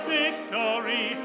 victory